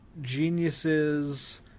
geniuses